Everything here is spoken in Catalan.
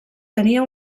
tenia